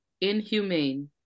inhumane